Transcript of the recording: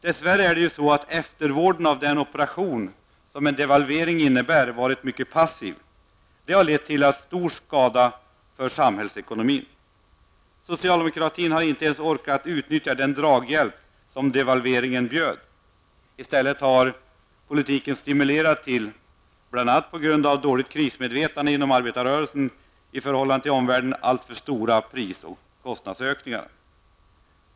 Dess värre är det så att eftervården, vården efter den operation som en devalvering innebär, varit mycket passiv. Det har lett till stor skada för samhällsekonomin. Socialdemokratin har inte ens orkat utnyttja den draghjälp som devalveringen bjöd. I stället har politiken, bl.a. på grund av dåligt krismedvetande inom arbetarrörelsen, stimulerat till alltför stora pris och kostnadsökningar i förhållande till omvärlden.